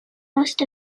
most